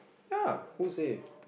yeah who said